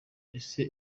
ese